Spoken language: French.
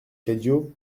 cadio